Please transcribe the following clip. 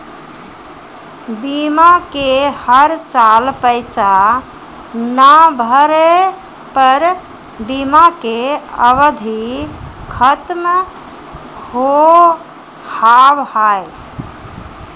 बीमा के हर साल पैसा ना भरे पर बीमा के अवधि खत्म हो हाव हाय?